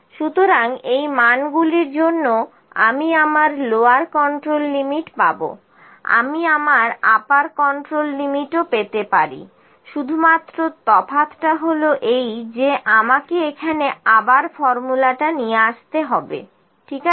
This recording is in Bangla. সুতরাং এই মানগুলির জন্য আমি আমার লোয়ার কন্ট্রোল লিমিট পাবো আমি আমার আপার কন্ট্রোল লিমিটও পেতে পারি শুধুমাত্র তফাতটা হল এই যে আমাকে এখানে আবার ফর্মুলাটা নিয়ে আসতে হবে ঠিক আছে